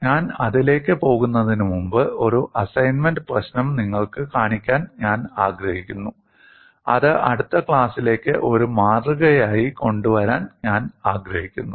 ഞാൻ അതിലേക്ക് പോകുന്നതിനുമുമ്പ് ഒരു അസൈൻമെന്റ് പ്രശ്നം നിങ്ങൾക്ക് കാണിക്കാൻ ഞാൻ ആഗ്രഹിക്കുന്നു അത് അടുത്ത ക്ലാസിലേക്ക് ഒരു മാതൃകയായി കൊണ്ടുവരാൻ ഞാൻ ആഗ്രഹിക്കുന്നു